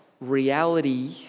reality